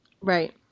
Right